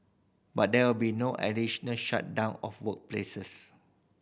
but there will be no additional shutdown of workplaces